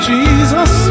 Jesus